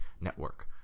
Network